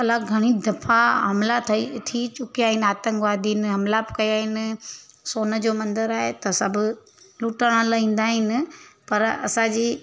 अलाए घणी दफ़ा हमिला कई थी चुकिया आहिनि आतंकवादिनि हमला कया आहिनि सोन जो मंदिर आहे त सब लुटण लाइ ईंदा आहिनि पर असांजी